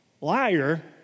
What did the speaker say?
liar